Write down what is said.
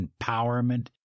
empowerment